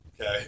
okay